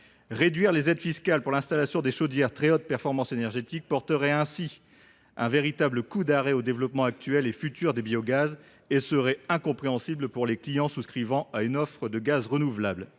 Réduire les aides fiscales pour l’installation des chaudières à très haute performance énergétique porterait ainsi un véritable coup d’arrêt au développement des biogaz. Cette mesure serait incompréhensible pour les clients souscrivant à une offre de gaz renouvelable.